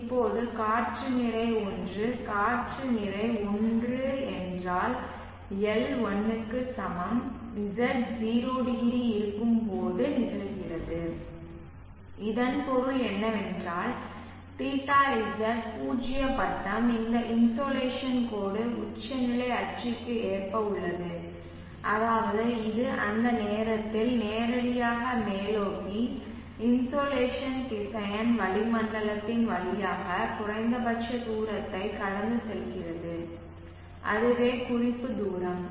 இப்போது காற்று நிறை 1 காற்று நிறை 1 என்றால் l 1 க்கு சமம் z 0 டிகிரி இருக்கும்போது நிகழ்கிறது இதன் பொருள் என்னவென்றால் θz பூஜ்ஜிய பட்டம் இந்த இன்சோலேஷன் கோடு உச்சநிலை அச்சுக்கு ஏற்ப உள்ளது அதாவது இது அந்த நேரத்தில் நேரடியாக மேல்நோக்கி இன்சோலேஷன் திசையன் வளிமண்டலத்தின் வழியாக குறைந்தபட்ச தூரத்தை கடந்து செல்கிறது அதுவே குறிப்பு தூரம்